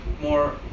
more